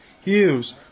Hughes